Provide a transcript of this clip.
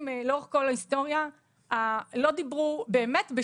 לאורך כל ההיסטוריה לא דיברו על זה,